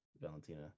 valentina